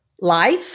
life